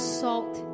salt